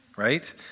Right